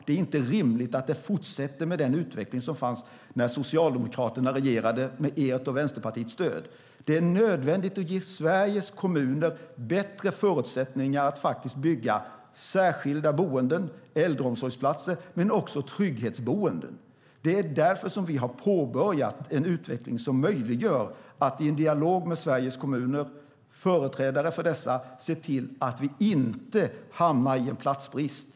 Det är inte rimligt att fortsätta med den utveckling som var när Socialdemokraterna, med Miljöpartiets och Vänsterpartiets stöd, regerade. Det är nödvändigt att ge Sveriges kommuner bättre förutsättningar att bygga särskilda boenden, äldreomsorgsplatser och också trygghetsboenden. Därför har vi påbörjat en utveckling som möjliggör att i en dialog med företrädare för Sveriges kommuner se till att vi inte hamnar i platsbrist.